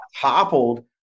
toppled